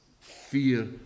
fear